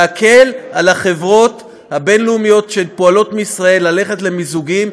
להקל על החברות הבין-לאומיות שפועלות מישראל ללכת למיזוגים,